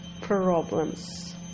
problems